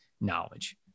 knowledge